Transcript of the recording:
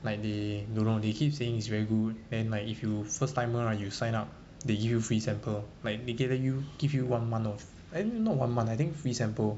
like they don't know keep saying is very good and like if you first timer you sign up they give you free sample like they 给了 you give you one month of not one month I think free sample